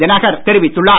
தினகர் தெரிவித்துள்ளார்